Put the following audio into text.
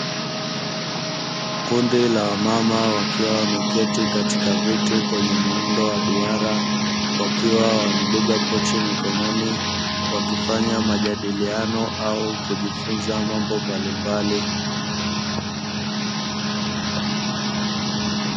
Kundi la wamama wakiwa wameketi katika viti kwenye muundo wa duara, wakiwa wamebeba pochi mkononi, wakifanya majadiliano au kujifunza mambo mbalimbali.